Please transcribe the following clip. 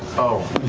oh,